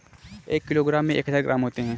एक किलोग्राम में एक हजार ग्राम होते हैं